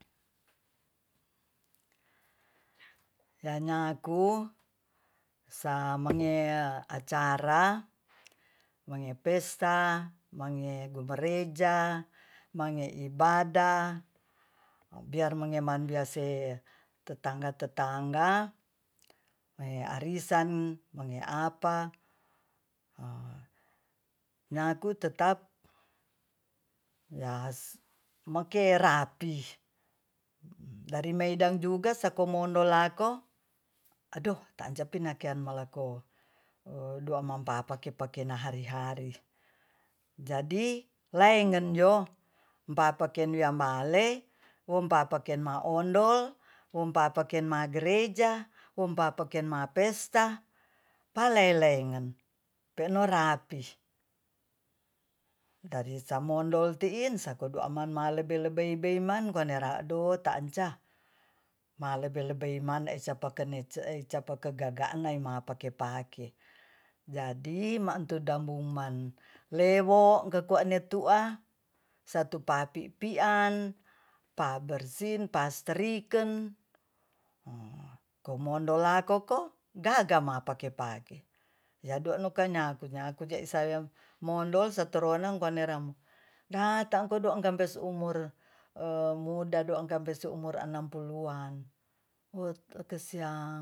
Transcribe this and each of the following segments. da nyaku sa mange acara mange pesta mange gereja mange ibadah biar mangeman biarse tetangga-tetangga e arisan mange apa nyaku tetap make rapi dari maedang juga sakomongondo lako ado tanja pinakian malako dua ammapapa pakena hari-hari jadi laenggenjo mapapakean nabale om papakean maondol om papakean magereja om papakean ma pesta paleleingan peno rapi dari samondol tiin sakondo aman lebei-lebeiman konera ado tanca malebei-lebeiman e sapa kenece ei sapa kegagaan naima pake-pake jadi maantu dabuman lewo kekuanetu'a satu papi pian pabersin pastriken o komondo lako-ko gagama pake-pake yado'no kenyaku-nyaku je sawean mondol setoronang kwaneramu natakondoang nampes umur muda do ampes umur enam puluan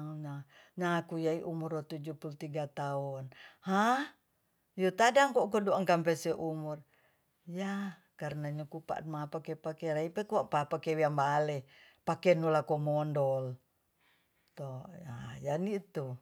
nyaku yai umur tujuh puluh tiga taon ha yotada ko kodong yo ampe seumur ya karna nyokupa ma pake-pake reipet kwa papakewean bale pakennolar komondol yanitu